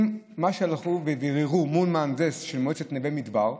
ממה שהלכו וביררו מול מהנדס של מועצת נווה מדבר,